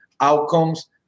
outcomes